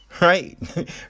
right